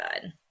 good